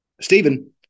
Stephen